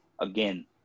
again